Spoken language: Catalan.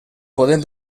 poden